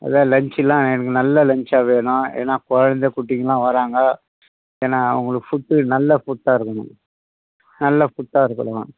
அதாவது லன்ச்செல்லாம் எனக்கு நல்ல லன்ச்சாக வேணும் ஏன்னா குழந்த குட்டிங்கல்லாம் வராங்க ஏன்னா அவங்களுக்கு ஃபுட்டு நல்ல ஃபுட்டாக இருக்கணும் நல்ல ஃபுட்டாக இருக்கணும்